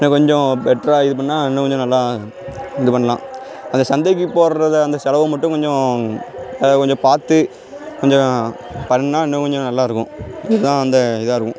இன்னும் கொஞ்சம் பெட்டராக இது பண்ணால் இன்னும் கொஞ்சம் நல்லா இது பண்ணலாம் அந்த சந்தைக்கு போடுறத அந்த செலவு மட்டும் கொஞ்சம் அதை கொஞ்சம் பார்த்து கொஞ்சம் பண்ணால் இன்னும் கொஞ்சம் நல்லாயிருக்கும் இதுதான் அந்த இதாகருக்கும்